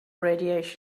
radiation